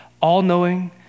all-knowing